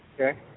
Okay